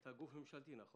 אתה גוף ממשלתי, נכון?